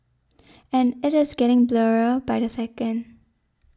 and it is getting blurrier by the second